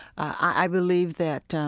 i believe that,